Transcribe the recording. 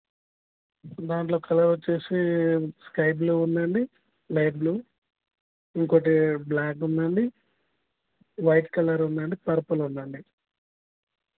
దాంట్లో కలర్ వచ్చి sky blue ఉంది అండి లైట్ బ్లూ ఇంకోటి బ్ల్యాక్ ఉంది అండి వైట్ కలర్ ఉంది అండి పర్పల్ ఉంది అండి